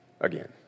again